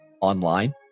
online